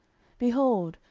behold,